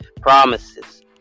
promises